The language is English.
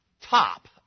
top